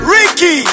Ricky